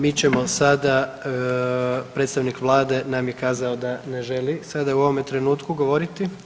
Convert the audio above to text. Mi ćemo sada predstavnik Vlade nam je kazao da ne želi sada u ovome trenutku govoriti.